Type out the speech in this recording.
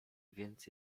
więc